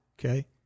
Okay